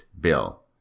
Bill